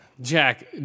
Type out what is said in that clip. Jack